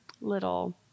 little